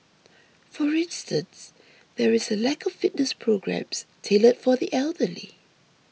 for instance there is a lack of fitness programmes tailored for the elderly